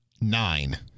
nine